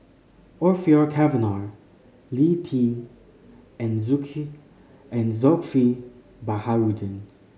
Orfeur Cavenagh Lee Tjin and and Zulkifli Baharudin